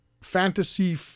fantasy